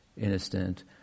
innocent